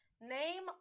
Name